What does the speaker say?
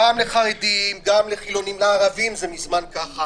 גם לחרדים, גם לחילונים, לערבים זה מזמן ככה